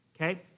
Okay